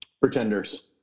Pretenders